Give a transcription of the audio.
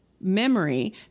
memory